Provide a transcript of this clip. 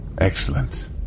Excellent